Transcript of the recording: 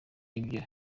iyo